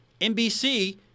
NBC